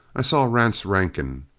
i saw rance rankin.